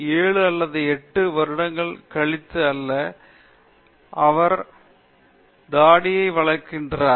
7 அல்லது 8 வருடங்கள் கழித்து அல்ல அவர் தாடியை வளர்க்கிறார்